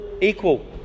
equal